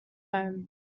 home